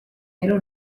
elu